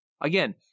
Again